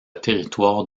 territoire